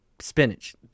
Spinach